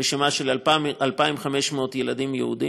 רשימה של 2,500 ילדים יהודים.